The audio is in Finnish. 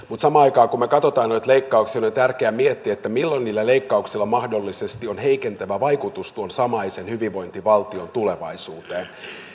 mutta samaan aikaan kun me katsomme noita leikkauksia on tärkeä miettiä milloin niillä leikkauksilla mahdollisesti on heikentävä vaikutus tuon samaisen hyvinvointivaltion tulevaisuuteen